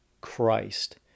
Christ